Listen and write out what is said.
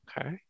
Okay